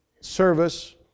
service